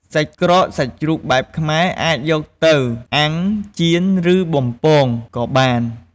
សាច់ក្រកសាច់ជ្រូកបែបខ្មែរអាចយកទៅ អាំង ចៀន ឬបំពង ក៏បាន។